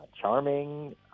charming